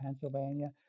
pennsylvania